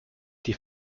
die